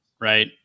right